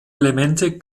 elemente